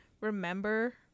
remember